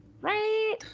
Right